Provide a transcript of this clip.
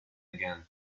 again